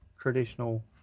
traditional